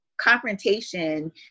confrontation